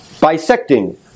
bisecting